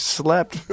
slept